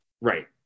Right